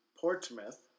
Portsmouth